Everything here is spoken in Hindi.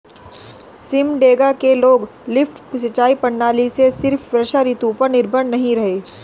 सिमडेगा के लोग लिफ्ट सिंचाई प्रणाली से सिर्फ वर्षा ऋतु पर निर्भर नहीं रहे